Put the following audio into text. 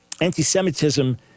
anti-Semitism